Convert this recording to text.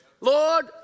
Lord